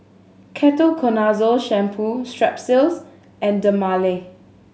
Ketoconazole Shampoo Strepsils and Dermale